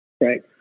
Right